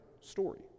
story